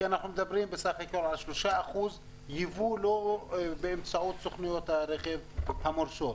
כי אנחנו מדברים בסך הכול על 3% יבוא לא באמצעות סוכנויות הרכב המורשות.